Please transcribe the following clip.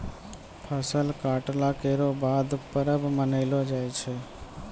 फसल कटला केरो बाद परब मनैलो जाय छै